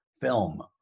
film